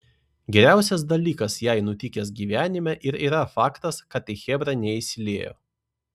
geriausias dalykas jai nutikęs gyvenime ir yra faktas kad į chebrą neįsiliejo